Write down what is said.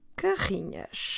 carrinhas